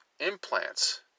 implants